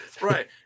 Right